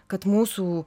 kad mūsų